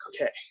okay